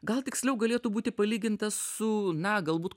gal tiksliau galėtų būti palygintas su na galbūt